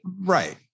Right